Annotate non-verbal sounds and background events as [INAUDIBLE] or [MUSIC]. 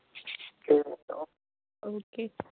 [UNINTELLIGIBLE] okay